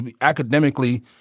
academically